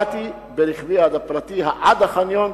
באתי ברכבי הפרטי עד החניון,